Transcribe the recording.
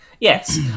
Yes